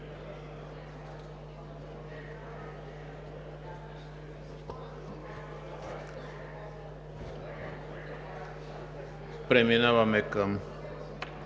преминаваме към